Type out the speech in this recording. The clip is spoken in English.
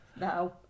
No